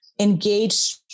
engage